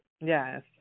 Yes